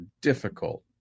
difficult